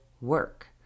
work